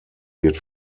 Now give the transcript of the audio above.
wird